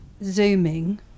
zooming